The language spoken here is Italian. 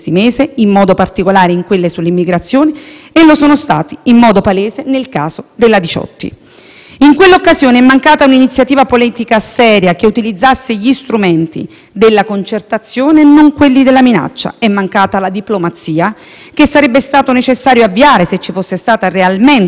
In quell'occasione è mancata un'iniziativa politica seria, che utilizzasse gli strumenti della concertazione e non quelli della minaccia. È mancata la diplomazia, che sarebbe stato necessario avviare, se vi fosse stata realmente una controversia internazionale tra l'Italia e lo Stato maltese. È mancata, infine, soprattutto la credibilità